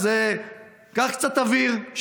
אז קח קצת אוויר,